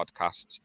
podcasts